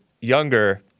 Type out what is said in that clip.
younger